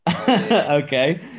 Okay